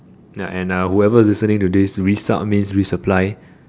ya and uh whoever listening to this resupp means resupply